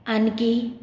আনকি